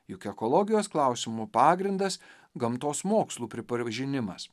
juk ekologijos klausimų pagrindas gamtos mokslų pripažinimas